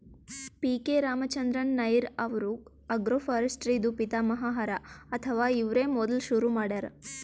P K Ramachandran Nair ಅವ್ರು agroforestry ದೂ ಪಿತಾಮಹ ಹರಾ ಅಥವಾ ಇವ್ರೇ ಮೊದ್ಲ್ ಶುರು ಮಾಡ್ಯಾರ್